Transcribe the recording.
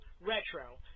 Retro